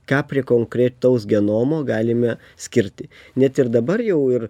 ką prie konkretaus genomo galime skirti net ir dabar jau ir